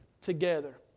together